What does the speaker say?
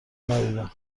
ندیدم